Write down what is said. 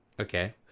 Okay